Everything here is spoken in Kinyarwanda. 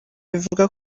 ivuga